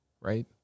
right